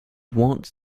want